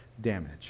damage